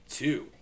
two